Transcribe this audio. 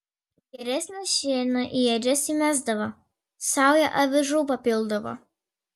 geresnio šieno į ėdžias įmesdavo saują avižų papildavo